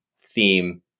theme